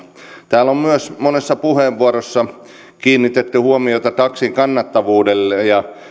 täällä on monessa puheenvuorossa kiinnitetty huomiota taksin kannattavuuteen ja